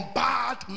bad